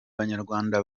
banyarwanda